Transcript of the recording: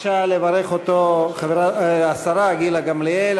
ביקשה לברך אותו השרה גילה גמליאל,